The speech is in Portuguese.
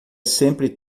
sempre